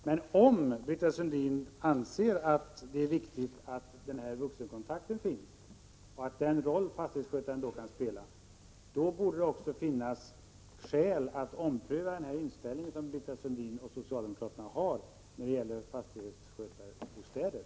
Men om Britta Sundin anser att denna vuxenkontakt och den roll fastighetsskötaren kan spela är viktig, då borde det också finnas skäl att ompröva den inställning som Britta Sundin och socialdemokraterna har när det gäller fastighetsskötarbostäder.